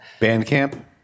Bandcamp